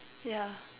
ya